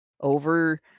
over